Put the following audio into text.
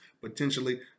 potentially